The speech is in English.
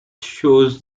shows